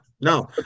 no